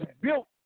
built